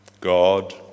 God